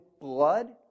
blood